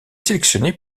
sélectionné